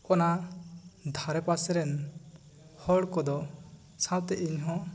ᱚᱱᱟ ᱫᱷᱟᱨᱮ ᱯᱟᱥᱮ ᱨᱮᱱ ᱦᱚᱲ ᱠᱚ ᱫᱚ ᱥᱟᱶ ᱛᱮ ᱤᱧ ᱦᱚᱸ